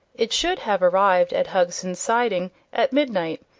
it should have arrived at hugson's siding at midnight,